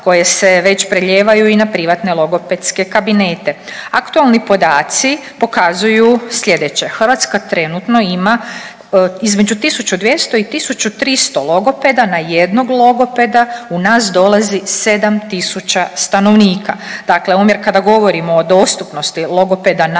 koje se već prelijevaju i na privatne logopedske kabinete. Aktualni podaci pokazuju slijedeće. Hrvatska trenutno ima između 1.200 i 1.300 logopeda, na jednog logopeda u nas dolazi 7.000 stanovnika. Dakle, omjer kada govorimo o dostupnosti logopeda na